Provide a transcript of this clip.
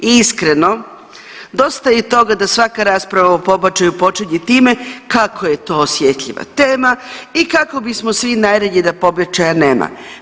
I iskreno dosta je toga da svaka rasprava o pobačaju počinje time kako je to osjetljiva tema i kako bismo svi najradije da pobačaja nema.